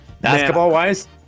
Basketball-wise